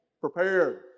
Prepared